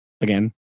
again